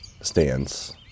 stands